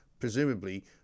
presumably